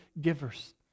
givers